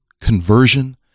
conversion